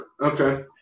Okay